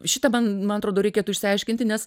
šita man man atrodo reikėtų išsiaiškinti nes